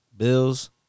Bills